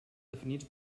definits